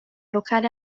locale